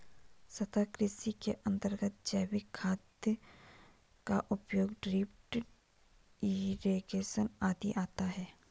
सतत् कृषि के अंतर्गत जैविक खाद का उपयोग, ड्रिप इरिगेशन आदि आता है